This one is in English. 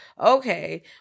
okay